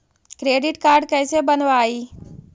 Credit card कैसे बनवाई?